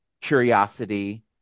curiosity